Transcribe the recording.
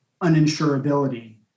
uninsurability